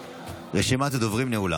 רשימת הדוברים נעולה.